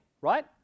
right